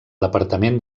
departament